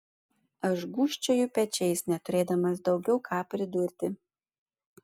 aš gūžčioju pečiais neturėdamas daugiau ką pridurti